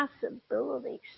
possibilities